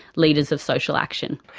leaders of social action.